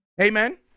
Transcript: Amen